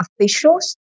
officials